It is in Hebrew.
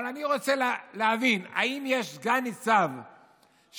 אבל אני רוצה להבין, אם יש סגן ניצב שיאמר: